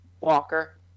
Walker